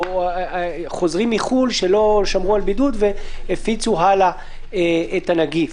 או חוזרים מחו"ל שלא שמרו על בידוד והפיצו הלאה את הנגיף.